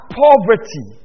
poverty